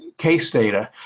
case data.